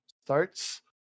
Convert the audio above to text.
starts